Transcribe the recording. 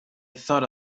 thought